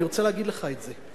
אני רוצה להגיד לך את זה.